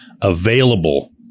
available